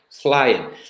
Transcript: flying